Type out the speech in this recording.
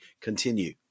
continue